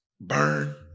burn